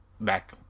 back